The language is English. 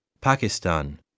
Pakistan